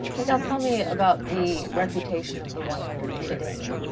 like ah tell me about the reputation of the one hundredth today.